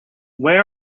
where